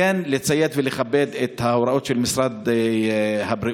כן לציית ולכבד את ההוראות של משרד הבריאות,